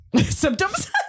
Symptoms